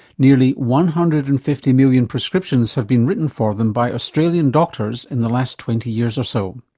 nearly one hundred and fifty million prescriptions have been written for them by australian doctors in the last twenty years or so.